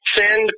Send